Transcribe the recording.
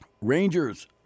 Rangers